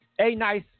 A-Nice